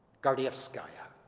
gardievskaya.